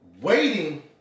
waiting